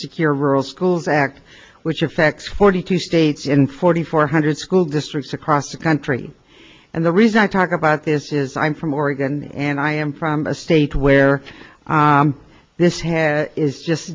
secure rural schools act which affects forty two states in forty four hundred school districts across the country and the reason i talk about this is i'm from oregon and i am from a state where this has is just